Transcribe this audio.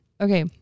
Okay